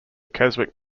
keswick